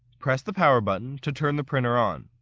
press the power button to turn the printer on.